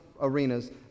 arenas